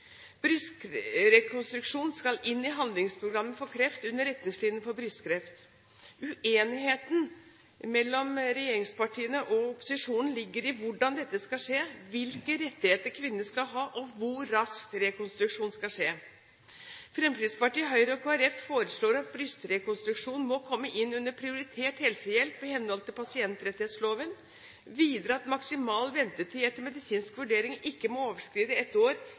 Brystrekonstruksjon skal inn i handlingsprogrammet for kreft under retningslinjene for brystkreft. Uenigheten mellom regjeringspartiene og opposisjonen ligger i hvordan dette skal skje, hvilke rettigheter kvinnene skal ha, og hvor raskt rekonstruksjonen skal skje. Fremskrittspartiet, Høyre og Kristelig Folkeparti foreslår at brystrekonstruksjon må komme inn under prioritert helsehjelp i henhold til pasientrettighetsloven, videre at maksimal ventetid etter en medisinsk vurdering ikke må overskride ett år